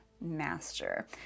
master